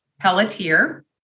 Pelletier